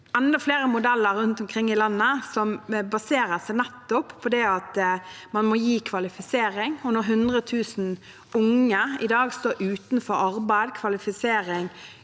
enda flere modeller rundt omkring i landet som baserer seg på nettopp at man må gi kvalifisering. Når 100 000 unge i dag står utenfor arbeid, kvalifisering,